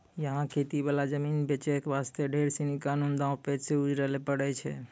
यहाँ खेती वाला जमीन खरीदै बेचे वास्ते ढेर सीनी कानूनी दांव पेंच सॅ गुजरै ल पड़ै छै